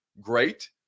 great